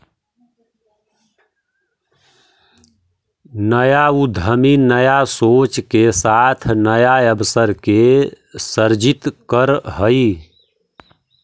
नया उद्यमी नया सोच के साथ नया अवसर के सृजित करऽ हई